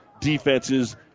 defenses